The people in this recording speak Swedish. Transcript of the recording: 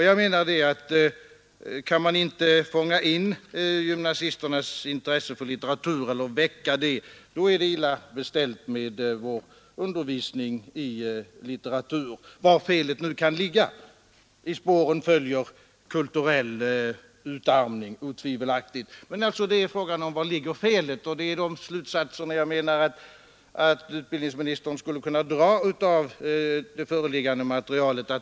Jag anser att kan man inte väcka gymnasisternas intresse för litteratur, då är det illa beställt med vår undervisning i litteratur — var felet nu kan ligga. I spåren följer otvivelaktigt kulturell utarmning. Men frågan är var felet ligger, och det är de slutsatserna jag menar att utbildningsministern skulle kunna dra av det föreliggande materialet.